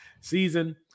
season